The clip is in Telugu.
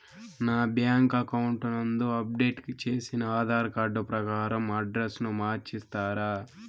నా బ్యాంకు అకౌంట్ నందు అప్డేట్ చేసిన ఆధార్ కార్డు ప్రకారం అడ్రస్ ను మార్చిస్తారా?